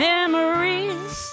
Memories